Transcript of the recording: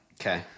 okay